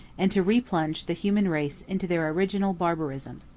and to replunge the human race into their original barbarism.